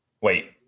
Wait